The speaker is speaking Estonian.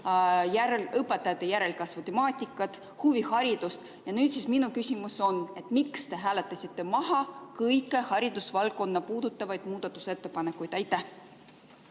õpetajate järelkasvu temaatikat, huviharidust. Minu küsimus on: miks te hääletasite maha kõik haridusvaldkonda puudutavad muudatusettepanekud?